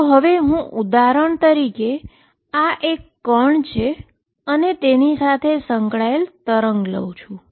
તો ઉદાહરણ તરીકે હું આ વેવ અને તેની સાથે સંકળાયેલ વેવ લઉં છું